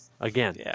Again